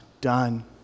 done